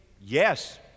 yes